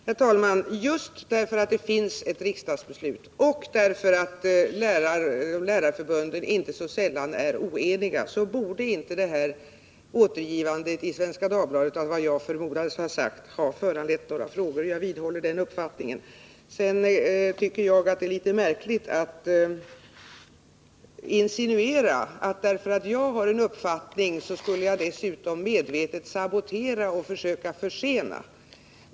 Herr talman! Just därför att det föreligger ett riksdagsbeslut och därför att lärarförbunden inte så sällan är oeniga borde inte det här återgivandet i Svenska Dagbladet av vad jag förmodades ha sagt ha föranlett några frågor. Jag vidhåller den uppfattningen. Sedan tycker jag att det är litet märkligt att insinuera att jag, därför att jag har en uppfattning, medvetet skulle sabotera och försöka försena.